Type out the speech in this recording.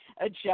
adjust